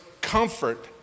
comfort